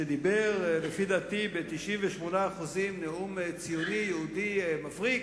שדיבר לפי דעתי ב-98% נאום ציוני, יהודי, מבריק,